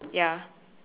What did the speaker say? ya